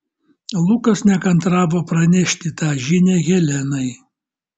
lukas nekantravo pranešti tą žinią helenai